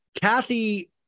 Kathy